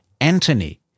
Anthony